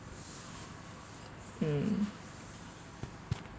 mm